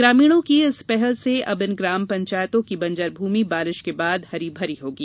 ग्रामीणों की इस पहल से अब इन ग्राम पंचायतों की बंजर भूमि बारिश के बाद हरी भरी होगी